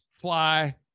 Fly